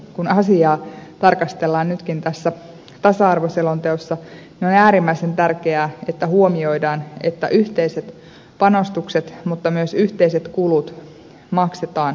kun asiaa tarkastellaan nytkin tässä tasa arvoselonteossa on äärimmäisen tärkeää että huomioidaan että yhteiset panostukset mutta myös yhteiset kulut maksetaan yhdessä